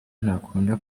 ntakunda